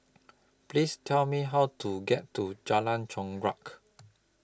Please Tell Me How to get to Jalan Chorak